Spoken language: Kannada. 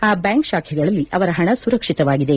ಆ ಬ್ಲಾಂಕ್ ಶಾಖೆಗಳಲ್ಲಿ ಅವರ ಪಣ ಸುರಕ್ಷಿತವಾಗಿದೆ